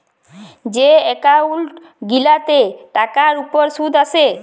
যে এক্কাউল্ট গিলাতে টাকার উপর সুদ আসে